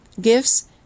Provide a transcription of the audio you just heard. gifts